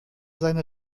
seine